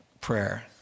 prayer